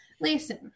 Listen